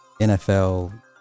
NFL